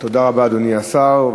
תודה רבה, אדוני השר.